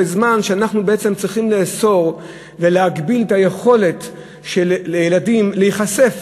בזמן שאנחנו בעצם צריכים לאסור ולהגביל את היכולת של ילדים להיחשף